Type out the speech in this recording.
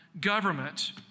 government